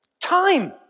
Time